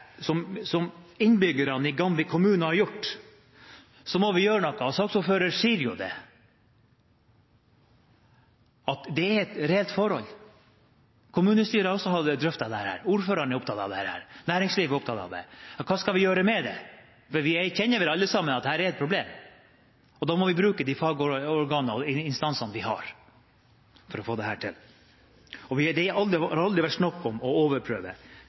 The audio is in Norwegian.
dette, som innbyggerne i Gamvik kommune har gjort, må vi gjøre noe. Saksordføreren sier jo at det er et reelt forhold. Kommunestyret har også drøftet dette. Ordføreren er opptatt av dette. Næringslivet er opptatt av det. Hva skal vi gjøre med det? For vi kjenner vel alle sammen at dette er et problem, og da må vi bruke de fagorganene og de instansene vi har, for å få dette til. Det har aldri vært snakk om å overprøve